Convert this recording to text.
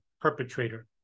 perpetrator